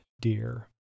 Dear